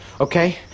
okay